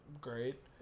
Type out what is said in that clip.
great